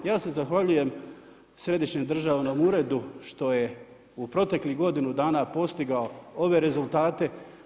Ja se zahvaljujem Središnjem državnom uredu što je u proteklih godinu dana postigao ove rezultate.